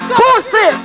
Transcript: pussy